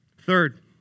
Third